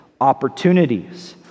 opportunities